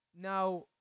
Now